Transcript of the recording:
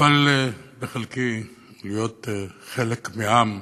נפל בחלקי להיות חלק מעם